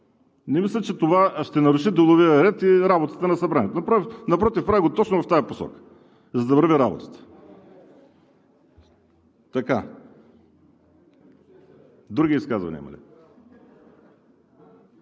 не мисля, че това ще наруши деловия ред и работата на Събранието. Напротив, правя го точно в тази посока, за да върви работата. Други изказвания?